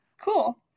Cool